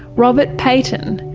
robert paton,